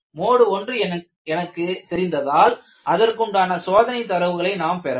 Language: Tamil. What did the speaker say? மோடு 1 எனக்கு தெரிந்தால் அதற்குண்டான சோதனை தரவுகளை நாம் பெறலாம்